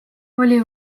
oli